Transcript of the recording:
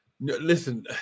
listen